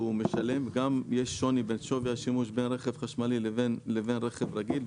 שהוא משלם גם יש שוני בשווי השימוש בין רכב חשמלי לבין רכב רגיל,